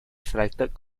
selected